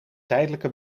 tijdelijk